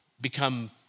become